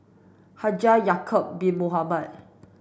Haji Ya'acob Bin Mohamed